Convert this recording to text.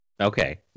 Okay